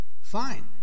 Fine